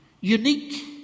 unique